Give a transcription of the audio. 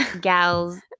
gals